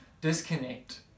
disconnect